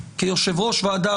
כיושב-ראש ועדה,